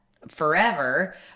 forever